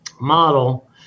model